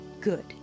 good